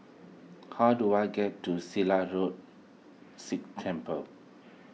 how do I get to Silat Road Sikh Temple